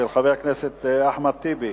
של חבר הכנסת אחמד טיבי,